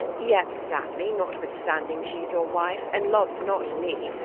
yet, stanley, notwithstanding she's your wife, and loves not me,